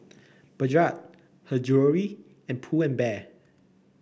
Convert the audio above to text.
Bajaj Her Jewellery and Pull and Bear